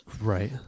right